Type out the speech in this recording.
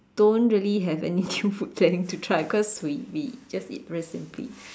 don't really have any new food planning to try because we we just eat very simply